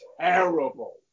terrible